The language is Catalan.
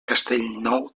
castellnou